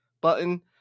button